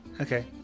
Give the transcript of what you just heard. Okay